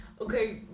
okay